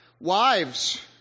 Wives